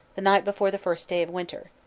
the night before the first day of winter.